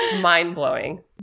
mind-blowing